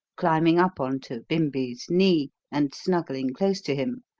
climbing up on to bimbi's knee and snuggling close to him.